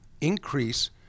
increase